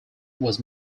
was